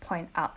point out